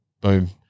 Boom